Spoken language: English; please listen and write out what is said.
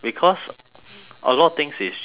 a lot of things is genetics